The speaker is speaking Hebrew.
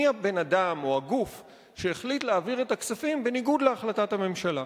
מי הבן-אדם או הגוף שהחליט להעביר את הכספים בניגוד להחלטת הממשלה?